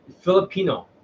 Filipino